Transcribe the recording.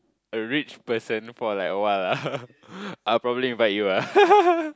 a rich person for like a while ah I'll probably invite you ah